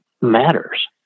matters